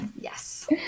Yes